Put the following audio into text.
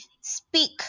speak